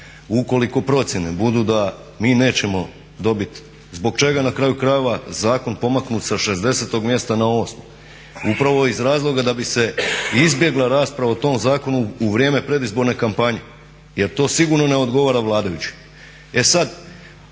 ukoliko procjene budu da mi nećemo dobiti, zbog čega na kraju krajeva zakon je pomaknut sa 60. mjesta na 8., upravo iz razloga da bi se izbjegla rasprava o tom zakonu u vrijeme predizborne kampanje jer to sigurno ne odgovara vladajućim.